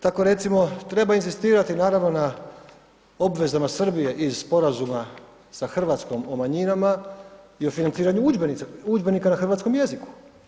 Tako recimo treba inzistirati naravno na obvezama Srbije iz sporazuma sa Hrvatskom o manjinama i o financiranju udžbenika na hrvatskom jeziku.